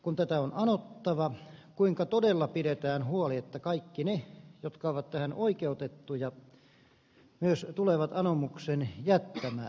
kun tätä on anottava kuinka todella pidetään huoli että kaikki ne jotka ovat tähän oikeutettuja myös tulevat anomuksen jättämään